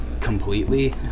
completely